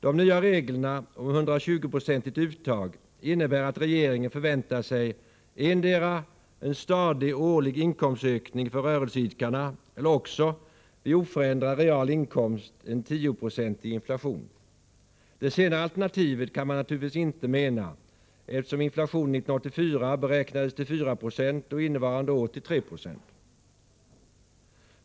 De nya reglerna om 120-procentigt uttag innebär att regeringen förväntar 87 sig antingen en stadig årlig inkomstökning för rörelseidkarna eller också, vid oförändad real inkomst, en tioprocentig inflation. Men det senare alternativet kan man naturligtvis inte åsyfta, eftersom inflationen 1984 beräknades till 490 och innevarande år till 3 96.